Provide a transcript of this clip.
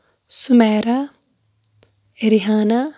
Sumaira Rehana